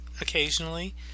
occasionally